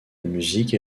musique